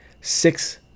six